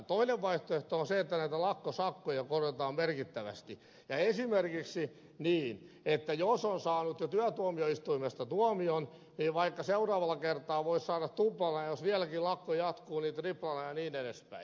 toinen vaihtoehto on se että lakkosakkoja korotetaan merkittävästi ja esimerkiksi niin että jos on saanut jo työtuomioistuimesta tuomion niin seuraavalla kertaa voisi saada vaikkapa tuplana ja jos vieläkin lakko jatkuu niin triplana ja niin edelleen